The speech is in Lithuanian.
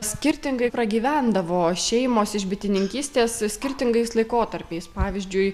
skirtingai pragyvendavo šeimos iš bitininkystės skirtingais laikotarpiais pavyzdžiui